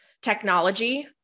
Technology